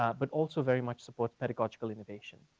ah but also very much supports pedagogical innovation.